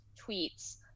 tweets